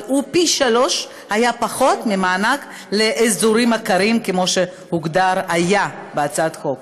אבל הוא היה פי שלושה פחות מהמענק לאזורים הקרים כמו שהוגדר בהצעת החוק.